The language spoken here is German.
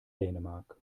dänemark